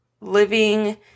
living